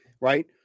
right